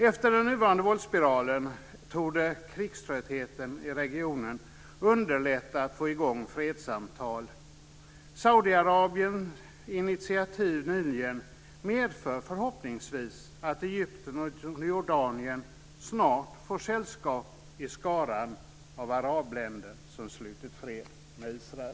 Efter den nuvarande våldsspiralen torde krigströttheten i regionen underlätta att få i gång fredssamtal. Saudiarabiens initiativ nyligen medför förhoppningsvis att Egypten och Jordanien snart får sällskap i skaran av arabländer som slutit fred med